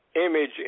image